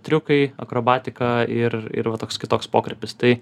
triukai akrobatika ir ir va toks kitoks pokrypis tai